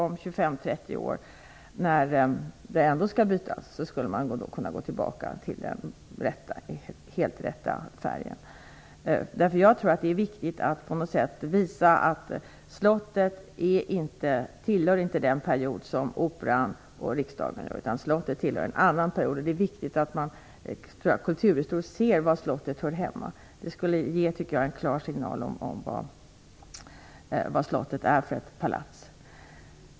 Om 25-30 år, när putsen ändå skall bytas, skulle man kunna gå tillbaks till den helt rätta färgen. Jag tror att det är viktigt att på något sätt visa att Slottet inte tillhör den period som Operan och Riksdagshuset gör utan att det tillhör en annan period. Det är viktigt att man ser var Slottet hör hemma kulturhistoriskt. Jag tycker att det skulle ge en klar signal om vad Slottet är för palats.